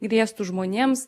grėstų žmonėms